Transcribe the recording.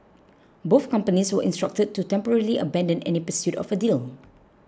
both companies were instructed to temporarily abandon any pursuit of a deal